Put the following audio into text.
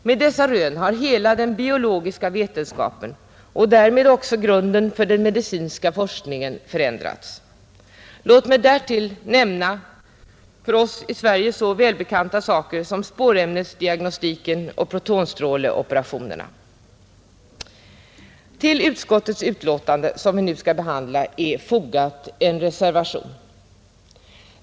Med dessa rön har hela den biologiska vetenskapen och därmed också grunden för all medicinsk forskning förändrats. Låt mig därtill nämna för oss i Sverige så välbekanta saker som spårämnesdiagnostiken och protonstråleoperationerna. Till utskottets utlåtande som vi nu behandlar är fogad en reservation.